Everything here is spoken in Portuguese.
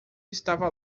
estava